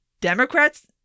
Democrats